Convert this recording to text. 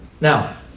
Now